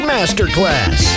Masterclass